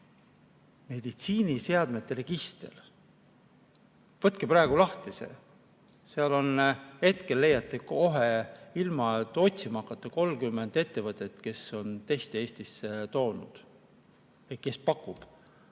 Meditsiiniseadmete register. Võtke praegu lahti see. Seal hetkel leiate kohe, ilma et otsima hakkate, 30 ettevõtet, kes on teste Eestisse toonud ja kes neid